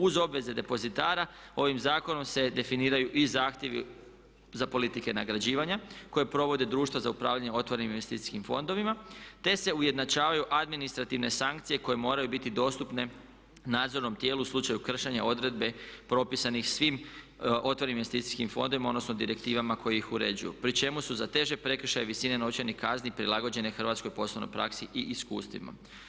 Uz obveze depozitara ovim zakonom se definiraju i zahtjevi za politike nagrađivanja koje provode društva za upravljanje otvorenim investicijskim fondovima, te se ujednačavaju administrativne sankcije koje moraju biti dostupne nadzornom tijelu u slučaju kršenja odredbe propisanih svim otvorenim investicijskim fondovima, odnosno direktivama koje ih uređuju pri čemu su za teže prekršaje visine novčanih kazni prilagođene hrvatskoj poslovnoj praksi i iskustvima.